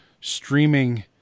streaming